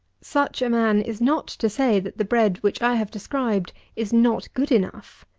such a man is not to say that the bread which i have described is not good enough.